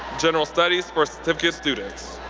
general studies for certificate students.